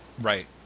Right